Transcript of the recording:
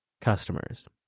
customers